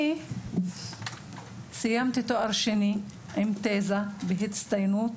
אני סיימתי תואר שני עם תזה בהצטיינות,